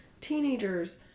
teenagers